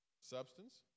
substance